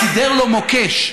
אבל סידר לו מוקש.